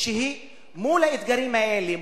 האמת השנייה היא: מול האתגרים האלה,